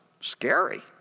scary